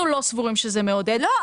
אנחנו לא סבורים שזה מעודד --- לא,